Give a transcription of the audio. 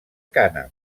cànem